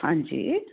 ਹਾਂਜੀ